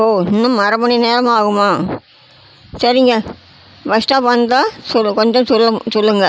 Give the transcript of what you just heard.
ஓ இன்னும் அரை மணி நேரம் ஆகுமா சரிங்க பஸ் ஸ்டாப் வந்தால் சொல் கொஞ்சம் சொல்ல சொல்லுங்க